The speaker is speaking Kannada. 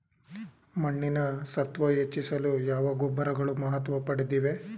ಮಣ್ಣಿನ ಸತ್ವ ಹೆಚ್ಚಿಸಲು ಯಾವ ಗೊಬ್ಬರಗಳು ಮಹತ್ವ ಪಡೆದಿವೆ?